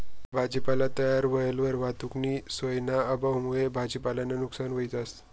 भाजीपाला तयार व्हयेलवर वाहतुकनी सोयना अभावमुये भाजीपालानं नुकसान व्हयी जास